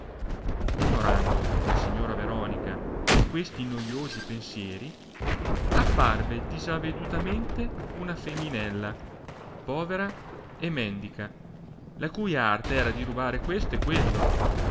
dimorando la signora veronica in questi noiosi pensieri apparve disavedutamente una feminella povera e mendica la cui arte era di rubare questo e quello